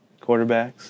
Quarterbacks